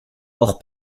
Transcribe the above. hors